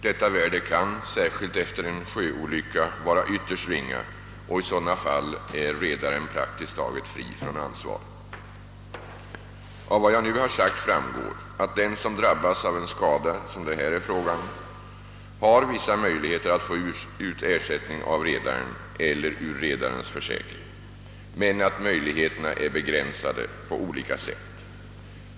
Detta värde kan, särskilt efter en sjöolycka, vara ytterst ringa och i sådana fall är redaren praktiskt taget fri från ansvar. Av vad jag nu har sagt framgår att den som drabbas av en skada som det här är fråga om har vissa möjligheter att få ut ersättning av redaren eller ur redarens försäkring men att möjligheterna är begränsade på olika sätt.